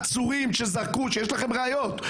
עצורים שזרקו -- כאלה שיש לכם ראיות נגדם,